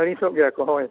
ᱟᱹᱲᱤᱥᱚᱜ ᱜᱮᱭᱟ ᱠᱚ ᱦᱳᱭ